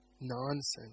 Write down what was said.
Nonsense